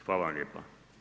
Hvala vam lijepa.